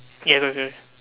ya